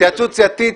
התייעצות סיעתית.